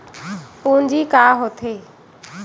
पूंजी का होथे?